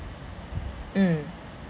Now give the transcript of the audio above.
mm